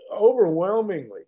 overwhelmingly